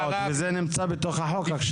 הם שולחים הודעות ועכשיו זה בחוק.